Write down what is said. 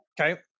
Okay